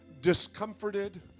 discomforted